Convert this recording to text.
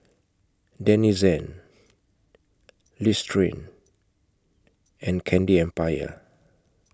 Denizen Listerine and Candy Empire